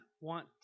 want